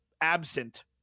absent